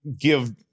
Give